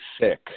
sick